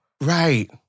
Right